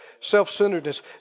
Self-centeredness